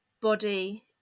body